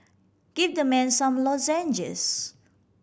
give the man some lozenges